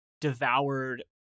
devoured